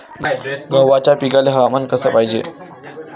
गव्हाच्या पिकाले हवामान कस पायजे?